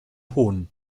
hohn